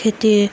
খেতি